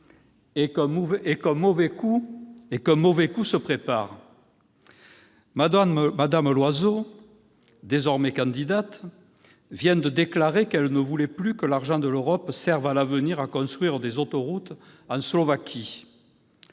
et qu'un mauvais coup se prépare ! Mme Loiseau, désormais candidate aux élections européennes, vient de déclarer qu'elle ne voulait plus que l'argent de l'Europe serve, à l'avenir, à construire des autoroutes en Slovaquie.